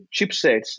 chipsets